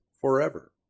forever